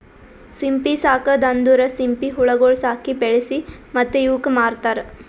ಸಿಂಪಿ ಸಾಕದ್ ಅಂದುರ್ ಸಿಂಪಿ ಹುಳಗೊಳ್ ಸಾಕಿ, ಬೆಳಿಸಿ ಮತ್ತ ಇವುಕ್ ಮಾರ್ತಾರ್